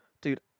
Dude